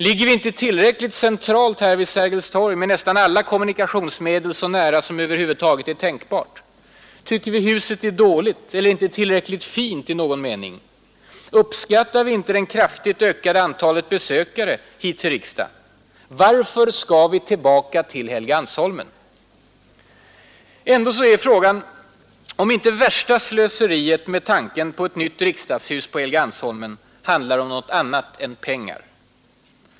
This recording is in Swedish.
Ligger vi inte tillräckligt centralt här vid Sergels torg, med nästan alla kommunikationsmedel så nära som över huvud taget är tänkbart? Tycker vi att huset är dåligt eller inte tillräckligt ”fint” i någon mening? Uppskattar vi inte det kraftigt ökade antalet besökare hit till riksdagen? Varför skall vi tillbaka till Helgeandsholmen? Ändå är frågan, om inte det värsta slöseriet med tanken på ett nytt riksdagshus på Helgeandsholmen handlar om något annat än pengar.